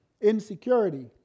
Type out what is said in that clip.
insecurity